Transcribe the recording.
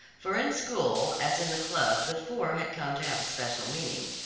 for in school, as in the club the four had come to have a special meaning.